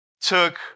took